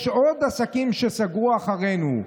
יש עוד עסקים שסגרו אחרינו,